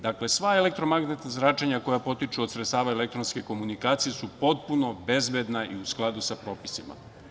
Dakle, sva elektromagnetna zračenja koja potiču od sredstava elektronske komunikacije su potpuno bezbedna i u skladu sa propisima.